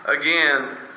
again